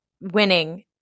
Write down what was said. winning